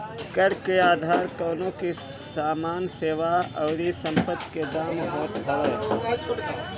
कर के आधार कवनो भी सामान, सेवा अउरी संपत्ति के दाम होत हवे